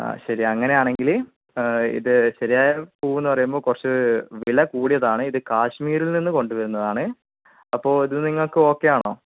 ആ ശരി അങ്ങനെയാണെങ്കില് ഇത് ശരിയായ പൂവ് എന്ന് പറയുമ്പോൾ കുറച്ച് വില കൂടിയതാണ് ഇത് കാശ്മീരിൽ നിന്ന് കൊണ്ടുവരുന്നതാണ് അപ്പോൾ ഇത് നിങ്ങൾക്ക് ഓക്കേ ആണോ